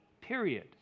period